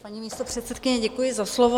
Paní místopředsedkyně, děkuji za slovo.